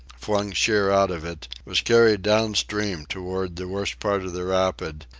flung sheer out of it, was carried down-stream toward the worst part of the rapids,